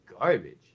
garbage